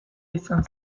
izan